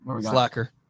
Slacker